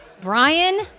Brian